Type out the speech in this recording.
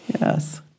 Yes